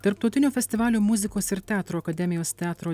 tarptautinio festivalio muzikos ir teatro akademijos teatro